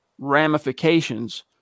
Ramifications